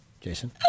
Jason